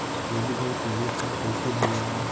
Debit और credit card कईसे बने ने ला?